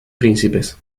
príncipes